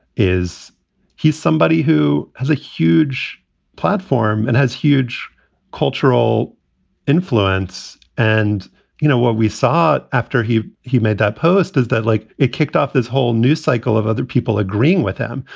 is he's somebody who has a huge platform and has huge cultural influence. and you know, what we saw after he he made that post is that like it kicked off this whole news cycle of other people agreeing with him.